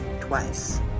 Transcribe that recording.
twice